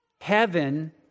Heaven